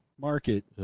market